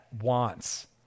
wants